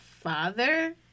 father